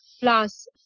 plus